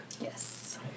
Yes